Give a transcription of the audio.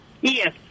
Yes